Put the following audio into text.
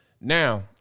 Now